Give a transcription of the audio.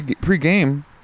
pre-game